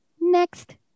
Next